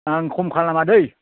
आं खम खालामा दै